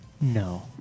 No